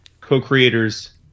co-creators